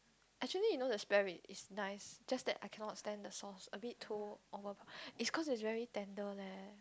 actually you know the spare rib is nice just that I cannot stand the sauce a bit too over it's cause it's very tender leh